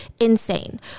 insane